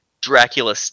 Dracula